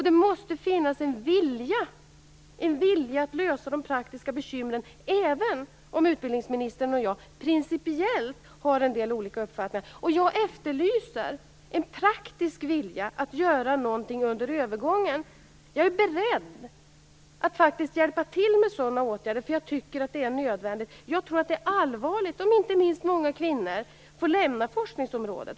Det måste finnas en vilja att lösa de praktiska bekymren även om utbildningsministern och jag principiellt har en del olika uppfattningar. Jag efterlyser en praktisk vilja att göra någonting under övergången. Jag är beredd att hjälpa till med sådana åtgärder, för jag tycker att det är nödvändigt. Jag tror att det är allvarligt om inte minst många kvinnor får lämna forskningsområdet.